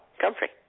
comfrey